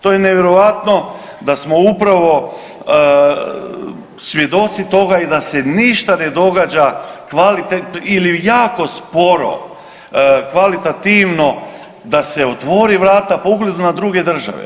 To je nevjerojatno da smo upravo svjedoci toga i da se ništa ne događa kvalitetno ili jako sporo kvalitativno da se otvori vrata po ugledu na druge države.